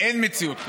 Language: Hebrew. אין מציאות כזאת.